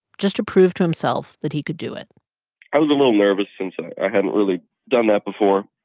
just to prove to himself that he could do it i was a little nervous since i hadn't really done that before.